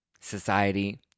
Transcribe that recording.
society